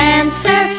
answer